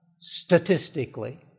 statistically